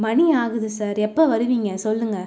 மணி ஆகுது சார் எப்போ வருவிங்க சொல்லுங்கள்